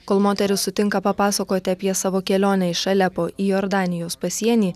kol moteris sutinka papasakoti apie savo kelionę iš alepo į jordanijos pasienį